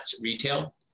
retail